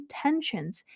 tensions